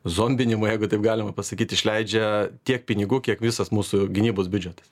zombinimo jeigu taip galima pasakyt išleidžia tiek pinigų kiek visas mūsų gynybos biudžetas